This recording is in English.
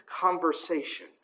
conversation